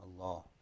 Allah